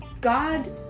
God